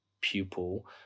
pupil